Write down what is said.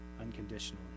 unconditionally